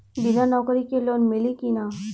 बिना नौकरी के लोन मिली कि ना?